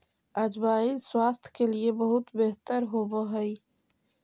अजवाइन स्वास्थ्य के लिए बहुत बेहतर होवअ हई